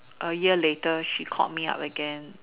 A year later she called me up again